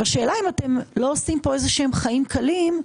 השאלה אם אתם לא עושים פה איזה שהם חיים קלים